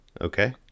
okay